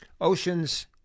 oceans